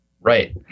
Right